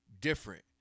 different